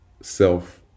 self